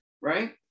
right